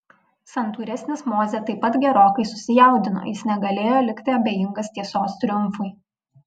santūresnis mozė taip pat gerokai susijaudino jis negalėjo likti abejingas tiesos triumfui